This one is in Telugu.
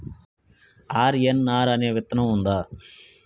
ఆర్.ఎన్.ఆర్ అనే విత్తనం ఉందా?